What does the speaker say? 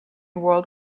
world